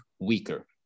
weaker